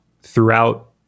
throughout